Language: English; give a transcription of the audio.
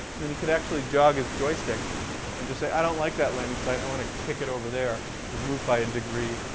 and and he could actually jog his joystick and just say, i don't like that landing site. i want to kick it over there. it would move by a degree.